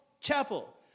Chapel